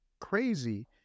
crazy